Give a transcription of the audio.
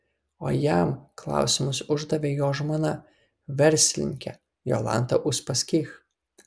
o jam klausimus uždavė jo žmona verslininkė jolanta uspaskich